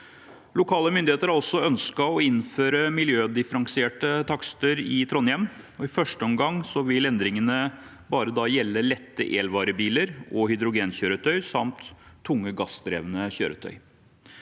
Lokale myndigheter har også ønsket å innføre miljødifferensierte takster i Trondheim. I første omgang vil endringene bare gjelde lette elvarebiler og hydrogenkjøretøy samt tunge gassdrevne kjøretøy.